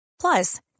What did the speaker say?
Plus